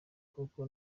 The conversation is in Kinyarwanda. kuko